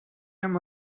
him